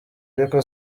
ariko